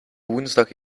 woensdag